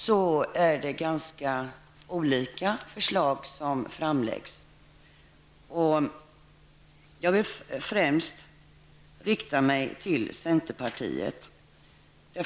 Det är alltså ganska olika förslag som framläggs. Jag vill främst rikta mig till centerpartiet.